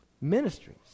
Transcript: ministries